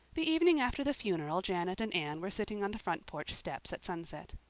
the evening after the funeral janet and anne were sitting on the front porch steps at sunset.